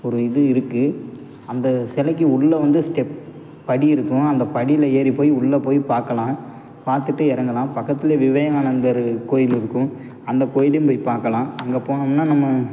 ஒரு இது இருக்கு அந்த சிலைக்கு உள்ளே வந்து ஸ்டெப் படி இருக்கும் அந்த படியில ஏறிப்போய் உள்ளே போய் பார்க்கலாம் பார்த்துட்டு இறங்கலாம் பக்கத்துல விவேகானந்தர் கோயில் இருக்கும் அந்த கோயிலும் போய் பார்க்கலாம் அங்கே போனம்ன்னா நம்ம